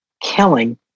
killing